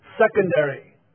secondary